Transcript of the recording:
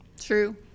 True